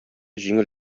җиңел